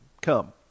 come